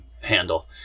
handle